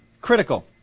critical